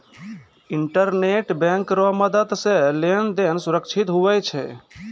internet bank रो मदद से लेन देन सुरक्षित हुवै छै